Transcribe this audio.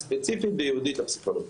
ספציפית וייעודית לפסיכולוגים.